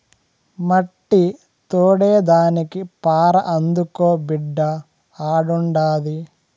మట్టి తోడేదానికి పార అందుకో బిడ్డా ఆడుండాది